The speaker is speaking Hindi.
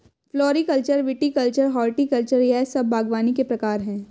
फ्लोरीकल्चर, विटीकल्चर, हॉर्टिकल्चर यह सब बागवानी के प्रकार है